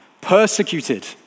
Persecuted